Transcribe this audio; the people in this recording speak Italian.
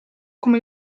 come